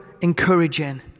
encouraging